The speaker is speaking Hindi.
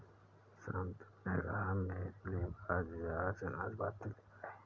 शांतनु से कहना मेरे लिए बाजार से नाशपाती ले आए